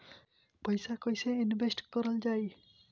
पैसा कईसे इनवेस्ट करल जाई?